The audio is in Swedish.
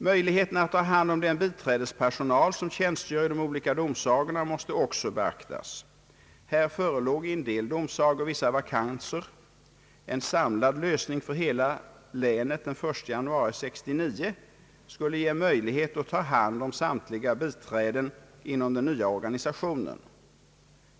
Möjligheterna att ta hand om den biträdespersonal som tjänstgör i de olika domsagorna måste också beaktas. Här förelåg i en del domsagor vissa vakanser. En samlad lösning för hela länet den 1 januari 1969 skulle ge möjlighet att ta hand om samtliga biträden inom den nya organisationen.